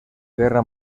guerra